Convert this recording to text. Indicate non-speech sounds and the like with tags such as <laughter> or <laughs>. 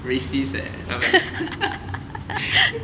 racist leh 他们 <laughs>